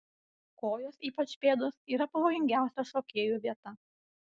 kojos ypač pėdos yra pavojingiausia šokėjų vieta